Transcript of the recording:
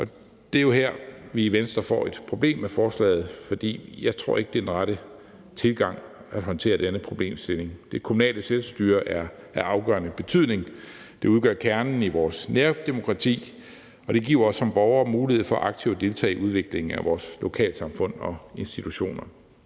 Og det er jo her, vi i Venstre får et problem med forslaget, for jeg tror ikke, det er den rette tilgang til at håndtere denne problemstilling. Det kommunale selvstyre er af afgørende betydning. Det udgør kernen i vores nærdemokrati, og det giver os som borgere mulighed for aktivt at deltage i udviklingen af vores lokalsamfund og institutioner.